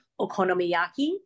okonomiyaki